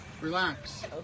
relax